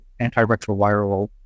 antiretroviral